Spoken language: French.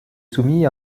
soumis